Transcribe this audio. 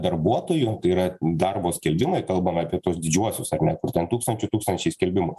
darbuotojų yra darbo skelbimai kalbam apie tuos didžiuosius ar ne ten tūkstančių tūkstančiai skelbimų